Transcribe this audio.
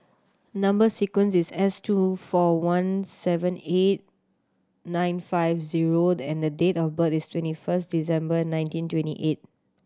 number sequence is S two four one seven eight nine five zero and date of birth is twenty first December nineteen twenty eight